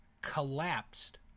collapsed